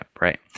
right